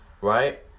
right